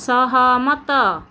ସହମତ